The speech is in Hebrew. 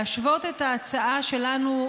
להשוות את ההצעה שלנו,